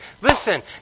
listen